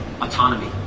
autonomy